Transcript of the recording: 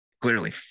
Clearly